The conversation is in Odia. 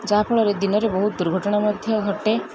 ଯାହାଫଳରେ ଦିନରେ ବହୁତ ଦୁର୍ଘଟଣା ମଧ୍ୟ ଘଟେ